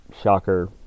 shocker